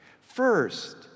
First